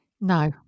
No